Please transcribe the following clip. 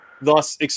Thus